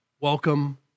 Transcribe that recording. Welcome